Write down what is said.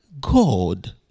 God